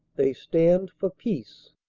they stand for peace.